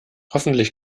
hoffentlich